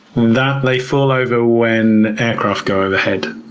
that they fall over when aircraft go overhead.